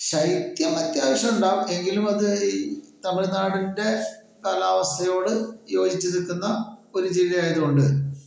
ശൈത്യം അത്യാവശ്യം ഉണ്ടാകും എങ്കിലും അത് ഈ തമിഴ്മാടിൻ്റെ കാലാവസ്ഥയോട് യോജിച്ച് നിൽക്കുന്ന ഒരു ജില്ലയായത് കൊണ്ട്